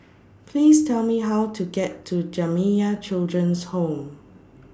Please Tell Me How to get to Jamiyah Children's Home